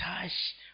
touch